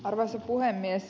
arvoisa puhemies